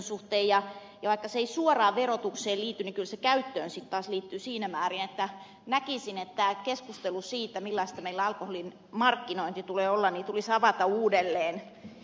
ja vaikka se ei suoraan verotukseen liity niin kyllä se käyttöön sitten taas liittyy siinä määrin että näkisin että keskustelu siitä millaista meillä alkoholin markkinoinnin tulee olla tulisi avata uudelleen